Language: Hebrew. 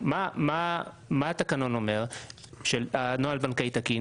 מה אומר התקנון של נוהל בנקאי תקין?